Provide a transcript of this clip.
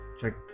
check